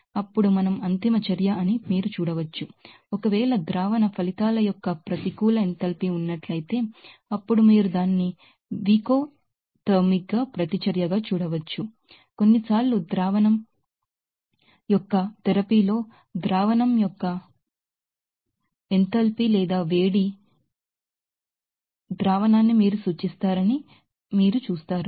అప్పుడు మనం endothermic reaction అని మీరు చూడవచ్చు ఒకవేళ therapy of solution negative enthalpy ఉన్నట్లయితే అప్పుడు మీరు దానిని వికోథమిక్ ప్రతిచర్యగా చూడవచ్చు కొన్నిసార్లు ಸೊಲ್ಯೂಷನ್ యొక్క థెరపీలో ద్రావణం యొక్క ఎంథాల్పీ లేదా హీట్ అఫ్ సొల్యూషన్ మీరు చూస్తారు